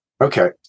Okay